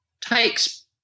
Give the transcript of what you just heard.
takes